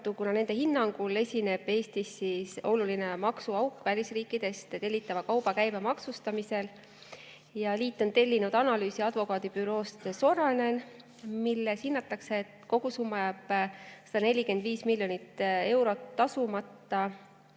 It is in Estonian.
kuna nende hinnangul on Eestis oluline maksuauk välisriikidest tellitava kauba käibemaksustamisel. Liit on tellinud analüüsi advokaadibüroost Sorainen, milles hinnatakse, et kogusummas jääb igal aastal tasumata